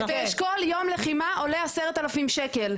באשכול יום לחימה עולה 10,000 שקלים.